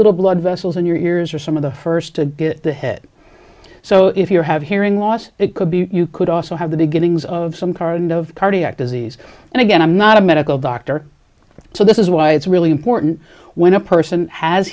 little blood vessels in your ears are some of the first to get ahead so if you're have hearing loss it could be you could also have the beginnings of some current of cardiac disease and again i'm not a medical doctor so this is why it's really important when a person has